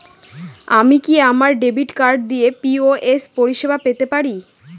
আমি কি আমার ডেবিট কার্ড দিয়ে পি.ও.এস পরিষেবা পেতে পারি?